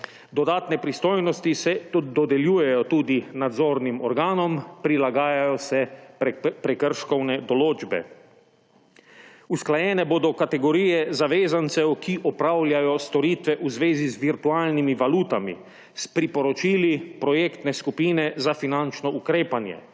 Dodatne pristojnosti se dodeljujejo tudi nadzornim organom, prilagajajo se prekrškovne določbe. Usklajene bodo kategorije zavezancev, ki opravljajo storitve v zvezi z virtualnimi valutami, s priporočili projektne skupine za finančno ukrepanje.